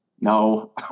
no